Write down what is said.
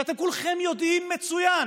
כשכולכם יודעים מצוין